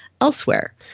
elsewhere